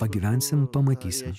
pagyvensim pamatysim